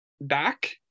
back